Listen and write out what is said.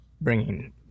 bringing